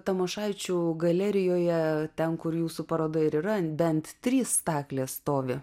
tamošaičių galerijoje ten kur jūsų paroda ir yra bent trys staklės stovi